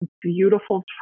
beautiful